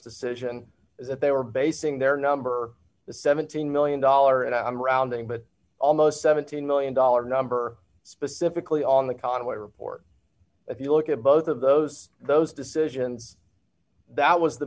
decision is that they were basing their number the seventeen million dollars and i'm rounding but almost seventeen million dollars number specifically on the conway report if you look at both of those those decisions that was the